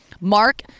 Mark –